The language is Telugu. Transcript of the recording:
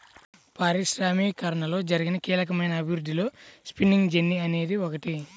పారిశ్రామికీకరణలో జరిగిన కీలకమైన అభివృద్ధిలో స్పిన్నింగ్ జెన్నీ అనేది ఒకటి